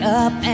up